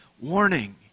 warning